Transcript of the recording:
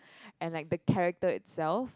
and like the character itself